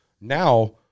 now